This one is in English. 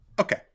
okay